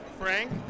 Frank